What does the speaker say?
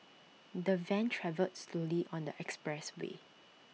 the van travelled slowly on the expressway